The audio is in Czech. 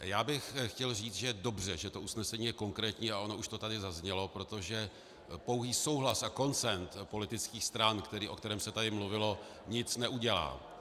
Já bych chtěl říct, že je dobře, že to usnesení je konkrétní, a ono už to tady zaznělo, protože pouhý souhlas a konsenzus politických stran, o kterém se tady mluvilo, nic neudělá.